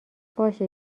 باشه